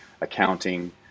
accounting